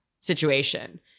situation